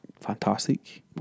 Fantastic